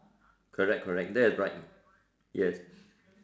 correct correct that's right yes